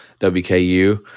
WKU